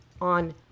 on